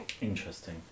Interesting